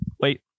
wait